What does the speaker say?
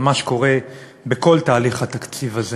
על מה שקורה בכל הליך התקציב הזה.